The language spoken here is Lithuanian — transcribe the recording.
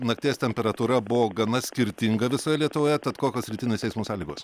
nakties temperatūra buvo gana skirtinga visoje lietuvoje tad kokios rytinės eismo sąlygos